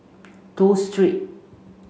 Toh Street